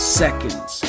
seconds